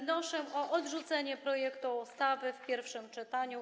Wnoszę o odrzucenie projektu ustawy w pierwszym czytaniu.